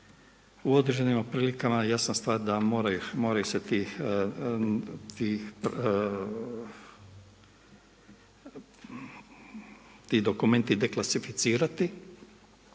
u određenim prilikama jasna stvar da moraju se ti dokumenti deklasificirati.